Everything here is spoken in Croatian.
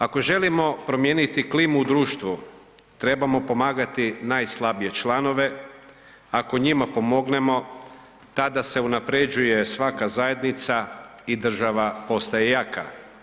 Ako želimo promijeniti klimu u društvu, trebamo pomagati najslabije članove, ako njima pomognemo tada se unapređuje svaka zajednica i država postaje jaka.